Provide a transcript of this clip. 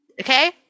Okay